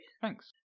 Thanks